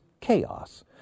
chaos